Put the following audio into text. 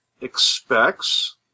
expects